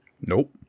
Nope